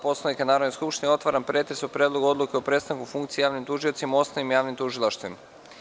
Poslovnika Narodne skupštine, otvaram pretres o Predlogu odluke o prestanku funkcije javnim tužiocima u osnovnim javnim tužilaštvima.